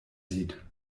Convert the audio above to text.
sieht